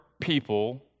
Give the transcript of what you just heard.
people